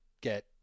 get